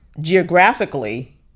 geographically